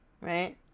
right